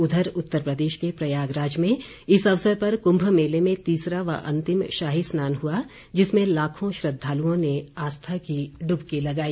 उधर उत्तर प्रदेश के प्रयागराज में इस अवसर पर कुंभ मेले में तीसरा व अंतिम शाही स्नान हुआ जिसमें लाखों श्रद्वालुओं ने आस्था की डुबकी लगाई